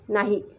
नाही